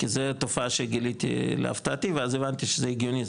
כי זה תופעה שגיליתי להפתעתי ואז הבנתי שזה הגיוני,